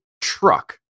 truck